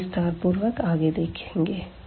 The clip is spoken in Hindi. इसे विस्तार पूर्वक आगे देखेंगे